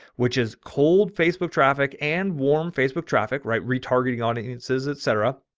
which is cold facebook, traffic and warm facebook traffic, right. retargeting audiences, et cetera.